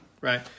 right